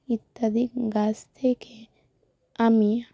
ইত্যাদি গাছ থেকে আমি